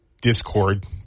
discord